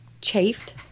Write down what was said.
Chafed